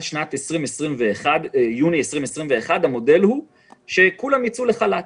יוני 20'-21' המודל הוא שכולם ייצאו לחל"ת.